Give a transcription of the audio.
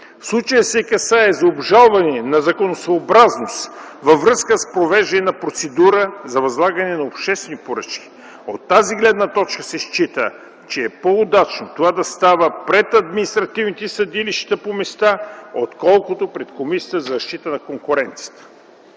случая се касае за обжалване на законосъобразност във връзка с провеждане на процедура за възлагане на обществени поръчки. От тази гледна точка се счита, че е по-удачно това да става пред административните съдилища по места, отколкото пред Комисията за защита на конкуренцията.